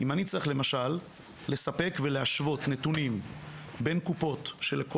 אם אני צריך למשל לספק ולהשוות נתונים בין קופות שלכל